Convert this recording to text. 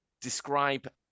describe